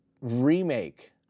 remake